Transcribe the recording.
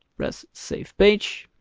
press save page,